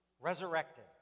resurrected